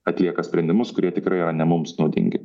atlieka sprendimus kurie tikrai ne mums naudingi